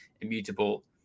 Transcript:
immutable